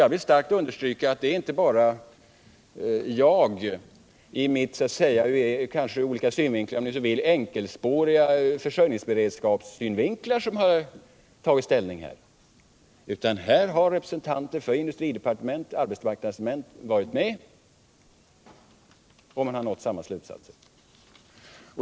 Jag vill starkt understryka att det inte bara är jag som ur min kanske på ett sätt enkelspåriga försörjningsberedskapssynvinkel har intagit denna ståndpunkt, utan representanter för industrioch arbetsmarknadsdepartementen har varit med och kommit fram till samma slutsats.